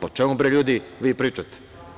Pa o čemu, bre, ljudi, vi pričate?